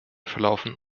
verlaufen